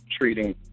treating